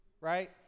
right